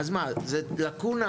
אז מה, זאת לקונה?